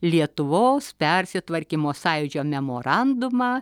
lietuvos persitvarkymo sąjūdžio memorandumą